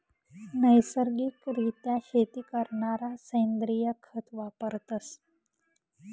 नैसर्गिक रित्या शेती करणारा सेंद्रिय खत वापरतस